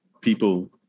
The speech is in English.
people